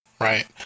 Right